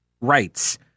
rights